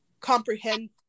comprehend